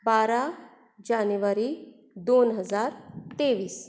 bar जानेवारी दोन हजार तेवीस